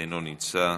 אינו נמצא,